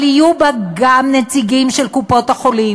אבל יהיו בה גם נציגים של קופות-החולים.